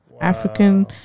African